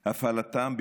את הפעלתם,